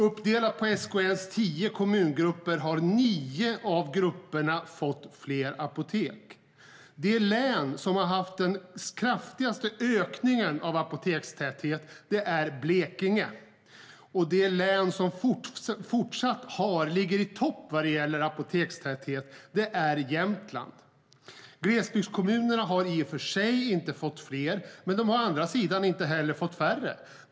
Nio av SKL:s tio kommungrupper har fått fler apotek. Det län som har haft den kraftigaste ökningen i apotekstäthet är Blekinge, och det län som fortsätter att ligga i topp vad gäller apotekstäthet är Jämtland.Glesbygdskommunerna har i och för sig inte fått fler apotek, men de har inte heller fått färre.